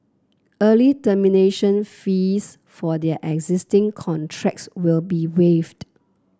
early termination fees for their existing contracts will be waived